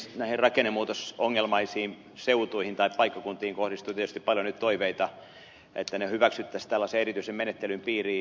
näihin rakennemuutosongelmaisiin seutuihin tai paikkakuntiin kohdistuu tietysti paljon nyt toiveita että ne hyväksyttäisiin tällaisen erityisen menettelyn piiriin